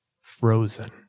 frozen